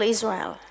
Israel